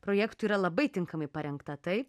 projektui yra labai tinkamai parengta taip